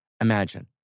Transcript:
imagine